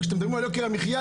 וכשאתם מדברים על יוקר המחיה,